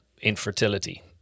infertility